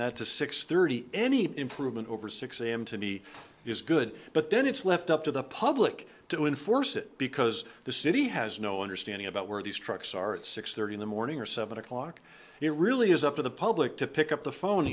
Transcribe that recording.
that to six thirty any improvement over six am to me is good but then it's left up to the public to enforce it because the city has no understanding about where these trucks are at six thirty in the morning or seven o'clock it really is up to the public to pick up the phone